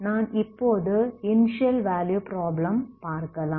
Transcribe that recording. நாம் இப்போது initial value problem பார்க்கலாம்